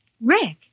Rick